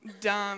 dumb